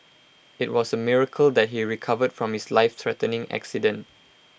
IT was A miracle that he recovered from his lifethreatening accident